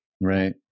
Right